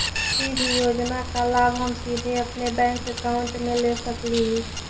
किसी भी योजना का लाभ हम सीधे अपने बैंक अकाउंट में ले सकली ही?